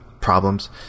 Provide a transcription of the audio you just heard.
problems